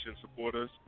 supporters